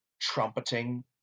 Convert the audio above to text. trumpeting